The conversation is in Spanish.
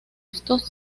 estos